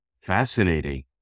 Fascinating